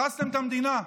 הרסתם את המדינה.